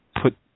put